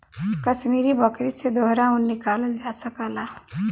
कसमीरी बकरी से दोहरा ऊन निकालल जा सकल जाला